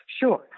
Sure